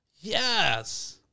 Yes